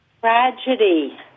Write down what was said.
Tragedy